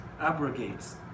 abrogates